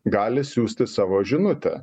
gali siųsti savo žinutę